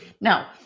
Now